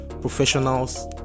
professionals